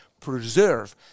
preserve